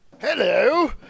Hello